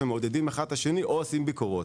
מעודדים אחד את השני או עושים ביקורות.